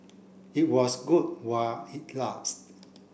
it was good while it last